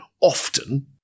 often